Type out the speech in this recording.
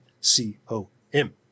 C-O-M